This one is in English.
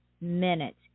minutes